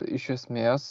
iš esmės